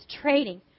trading